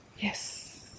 Yes